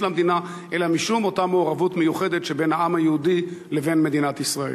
אלא משום אותה מעורבות מיוחדת שבין העם היהודי לבין מדינת ישראל.